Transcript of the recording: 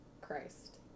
Christ